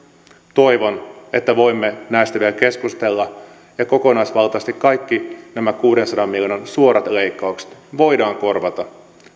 toivon että voimme näistä vielä keskustella ja kokonaisvaltaisesti kaikki nämä kuudensadan miljoonan suorat leikkaukset voidaan korvata